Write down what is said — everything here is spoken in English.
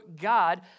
God